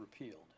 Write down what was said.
repealed